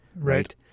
Right